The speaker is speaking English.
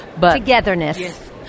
Togetherness